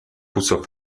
puso